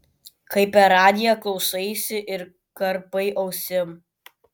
kai per radiją klausaisi ir karpai ausim